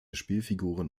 spielfiguren